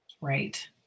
Right